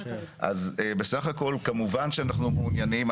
אז בסך הכל, כמובן שאנחנו מעוניינים.